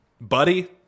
buddy